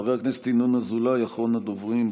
חבר הכנסת ינון אזולאי, אחרון הדוברים.